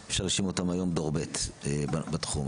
ואי אפשר להשאיר אותם דור ב' בתחום.